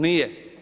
Nije.